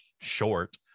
short